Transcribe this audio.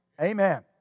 amen